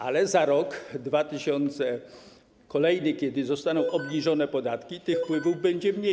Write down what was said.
Ale za rok dwa tysiące... kolejny, kiedy zostaną obniżone podatki, tych wpływów będzie mniej.